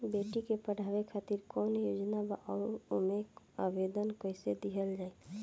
बेटी के पढ़ावें खातिर कौन योजना बा और ओ मे आवेदन कैसे दिहल जायी?